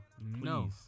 no